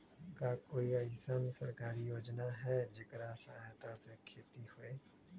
का कोई अईसन सरकारी योजना है जेकरा सहायता से खेती होय?